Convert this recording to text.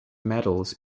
medals